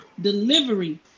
Delivery